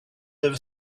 over